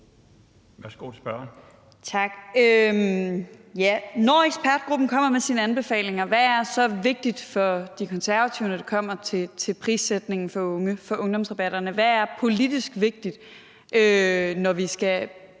Når ekspertgruppen kommer med sine anbefalinger, hvad er så vigtigt for De Konservative, når det kommer til prissætningen for ungdomsrabatterne? Hvad er politisk vigtigt, når vi skal